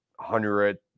hundred